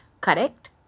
correct